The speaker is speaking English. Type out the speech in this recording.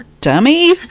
Dummy